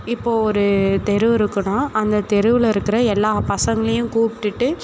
இப்போ ஒரு தெரு இருக்குதுனா அங்கே தெருவில் இருக்கிற எல்லா பசங்களையும் கூப்பிட்டுட்டு